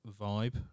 vibe